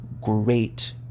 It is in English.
great